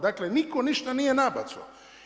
Dakle, nitko ništa nije nabacao.